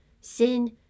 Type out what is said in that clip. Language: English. sin